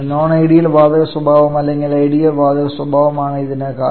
non ideal വാതക സ്വഭാവം അല്ലെങ്കിൽ ഐഡിയൽ വാതക സ്വഭാവം ആണ് ഇതിന് കാരണം